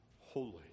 holy